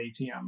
atm